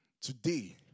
Today